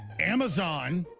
amazon.